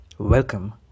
Welcome